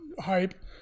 hype